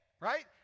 right